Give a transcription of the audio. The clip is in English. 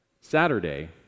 Saturday